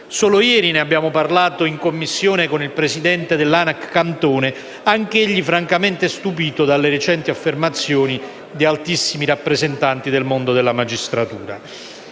Solo ieri ne abbiamo parlato in Commissione con il presidente dell'ANAC Cantone, anch'egli francamente stupito dalle recenti affermazioni di altissimi rappresentanti del mondo della magistratura.